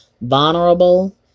vulnerable